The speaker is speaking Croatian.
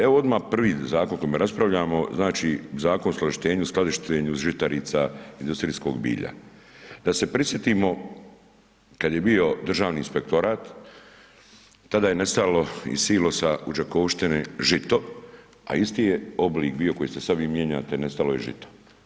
Evo odmah prvi Zakon o kojem raspravljamo, znači Zakon o uskladištenju, skladištenju žitarica i industrijskog bilja, da se prisjetimo kad je bio Državni inspektorat tada je nestalo iz silosa u Đakovištini žito, a isti je oblik bio koji ste sad vi mijenjate, nestalo je žito.